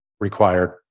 required